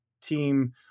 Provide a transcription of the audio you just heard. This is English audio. team